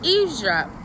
Eavesdrop